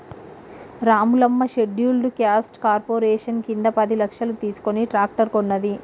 Ramulamma scheduled caste corporation కింద పది లక్షలు తీసుకుని ట్రాక్టర్ కొన్నది